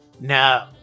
no